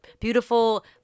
beautiful